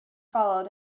followed